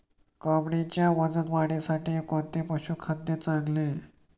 कोंबडीच्या वजन वाढीसाठी कोणते पशुखाद्य चांगले?